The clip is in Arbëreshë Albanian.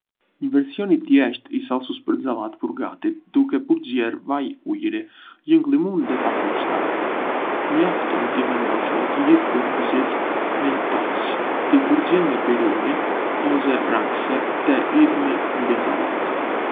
Një version i thjeshtë i salcës për sallatë përgatitet duke përzier vaj ulliri, lëng limoni dhe pak mustardë. Mjafton t’i vendosni të gjithë përbërësit në një tas, t’i përzieni me pirun ose rrahëse dhe t’i hidhni mbi sallatë.